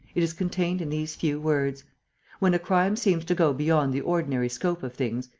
it is contained in these few words when a crime seems to go beyond the ordinary scope of things,